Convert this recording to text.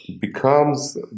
becomes